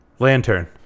Lantern